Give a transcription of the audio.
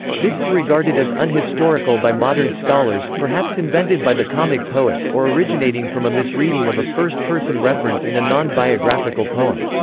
this is regarded as unhistorical by modern scholars, perhaps invented by the comic poets or originating from a misreading of a first-person reference in a non-biographical poem.